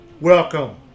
Welcome